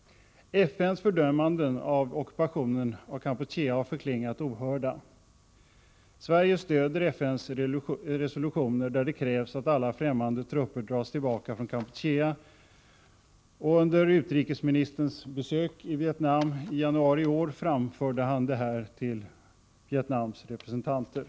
FN:s fördömanden av ockupationen av Kampuchea har förklingat ohörda. Sverige stöder FN:s resolutioner, där det krävs att alla fftämmande trupper dras tillbaka från Kampuchea. Under utrikesministerns besök i Vietnam i januari i år framförde han detta till Vietnams representanter.